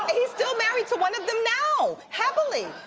he's still married to one of them now, happily.